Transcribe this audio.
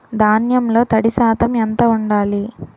ధాన్యంలో తడి శాతం ఎంత ఉండాలి?